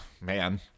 Man